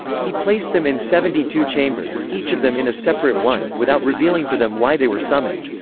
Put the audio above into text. he placed them in seventy two chambers, each of them in a separate one, without revealing to them why they were summoned.